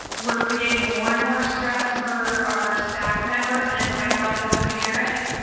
we're creating more and more stress for our staff members and myself as a parent.